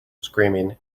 screaming